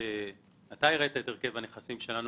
אתה הראית את הרכב הנכסים שלנו.